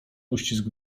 uścisk